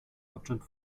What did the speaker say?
hauptstadt